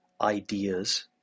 ideas